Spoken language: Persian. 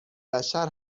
بشر